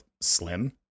slim